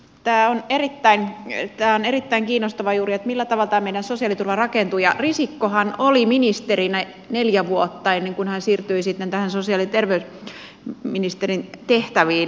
tämä on erittäin kiinnostavaa juuri että millä tavalla tämä meidän sosiaaliturva rakentuu ja risikkohan oli ministerinä neljä vuotta ennen kuin hän siirtyi sitten sosiaali ja terveysministerin tehtäviin